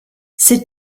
ses